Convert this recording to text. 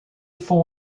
font